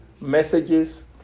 messages